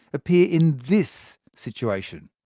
appear in this situation?